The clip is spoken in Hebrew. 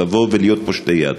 לבוא ולהיות פושטי יד.